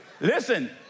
Listen